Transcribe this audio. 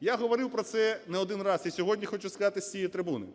Я говорив про це не один раз, і сьогодні хочу сказати з цієї трибуни: